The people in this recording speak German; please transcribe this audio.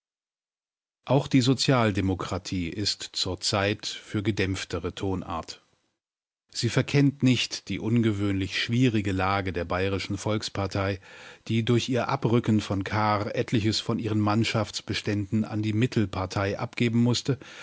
auch die sozialdemokratie ist zurzeit für gedämpftere tonart sie verkennt nicht die ungewöhnlich schwierige lage der bayerischen volkspartei die durch ihr abrücken von kahr etliches von ihren mannschaftsbeständen an die mittelpartei abgeben mußte